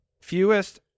fewest